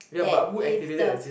that if the